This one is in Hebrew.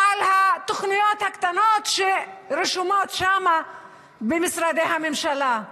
או על התוכניות הקטנות שרשומות שם במשרדי הממשלה.